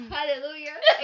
Hallelujah